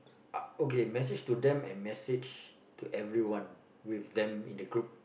uh okay message to them and message to everyone with them in the group